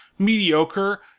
mediocre